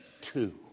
two